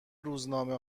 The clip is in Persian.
روزنامه